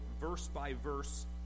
verse-by-verse